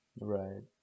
right